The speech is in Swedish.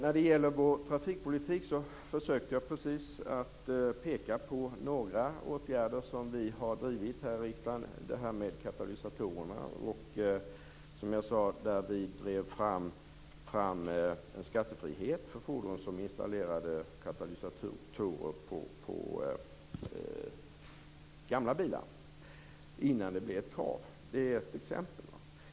Beträffande vår trafikpolitik försökte jag precis peka på några åtgärder som vi har drivit i riksdagen, t.ex. det här med katalysatorerna, där vi drev fram en skattefrihet för gamla bilar när man installerade katalysator på dem innan det blev ett krav. Det är ett exempel.